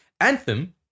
Anthem